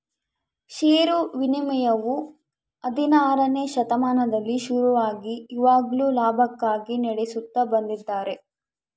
ಷೇರು ವಿನಿಮಯವು ಹದಿನಾರನೆ ಶತಮಾನದಲ್ಲಿ ಶುರುವಾಗಿ ಇವಾಗ್ಲೂ ಲಾಭಕ್ಕಾಗಿ ನಡೆಸುತ್ತ ಬಂದಿದ್ದಾರೆ